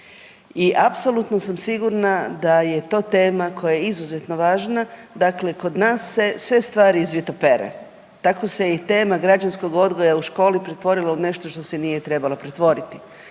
i apsolutno sam sigurna da je to tema koja je izuzetno važna, dakle kod nas se sve stvari izvitopere, tako se i tema građanskog odgoja u školi pretvorila u nešto u što se nije trebala pretvoriti.